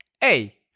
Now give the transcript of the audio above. Hey